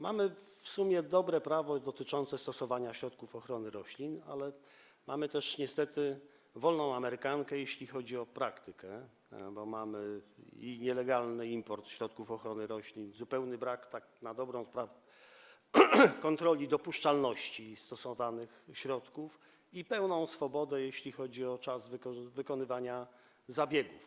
Mamy w sumie dobre prawo dotyczące stosowania środków ochrony roślin, ale mamy też niestety wolną amerykankę, jeśli chodzi o praktykę, bo mamy nielegalny import środków ochrony roślin, zupełnie brakuje tak na dobrą sprawę kontroli dopuszczalności stosowanych środków i mamy pełną swobodę, jeśli chodzi o czas wykonywania zabiegów.